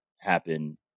happen